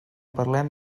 parlem